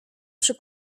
przy